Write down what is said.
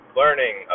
learning